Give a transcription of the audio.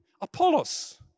Apollos